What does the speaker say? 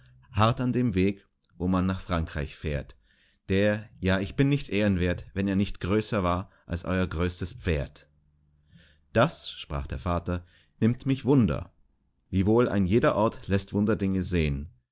hart an dem weg wo man nach frankreich fährt der ja ich bin nicht ehrenwert wenn er nicht größer war als euer größtes pferd das sprach der vater nimmt mich wunder wiewohl ein jeder ort läßt wunderdinge sehn